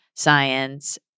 science